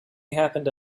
happen